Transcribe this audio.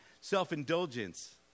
self-indulgence